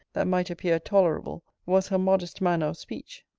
that might appear tolerable, was her modest manner of speech.